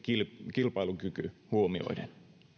kilpailukyky huomioiden